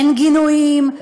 אין גינויים,